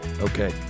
Okay